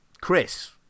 Chris